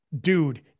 dude